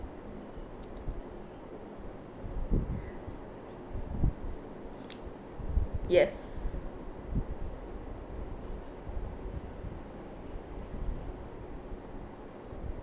yes